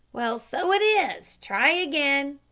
well, so it is try again.